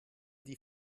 die